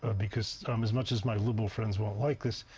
ah because um as much as my liberal friends don't like this,